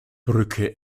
brücke